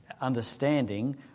understanding